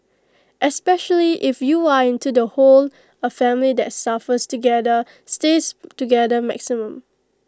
especially if you are into the whole A family that suffers together stays together maxim